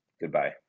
Goodbye